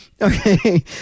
Okay